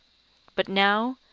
but now,